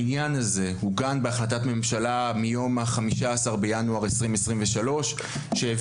העניין הזה עוגן בהחלטת ממשלה מיום ה-15 בינואר 2023 שהעבירה